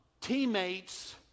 teammates